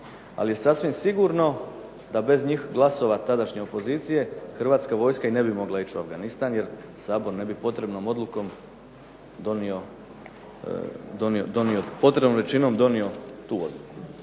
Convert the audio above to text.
Ali je sasvim sigurno da bez glasova tadašnje opozicije hrvatska vojska i ne bi mogla ići u Afganistan jer Sabor ne bi potrebnom odlukom donio, potrebnom većinom donio tu odluku.